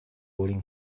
өөрийн